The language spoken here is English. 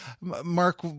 Mark